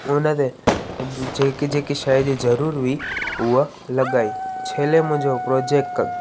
उनते जेके जेके शइ जी ज़रूर हुई ऊअं लॻाई छेले मुंहिंजो प्रोजेक